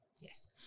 yes